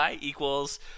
equals